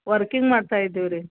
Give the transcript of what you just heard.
working ಮಾಡ್ತಾಯಿದ್ದೀವಿ ರೀ